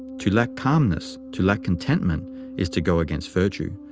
to lack calmness, to lack contentment is to go against virtue,